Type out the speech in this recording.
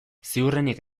ziurrenik